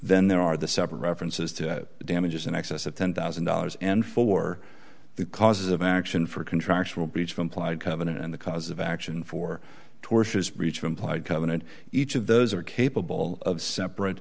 then there are the separate references to damages in excess of ten thousand dollars and for the causes of action for contractual beach for implied covenant and the cause of action for tortious breach of implied covenant each of those are capable of separate